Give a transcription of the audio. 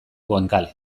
goenkale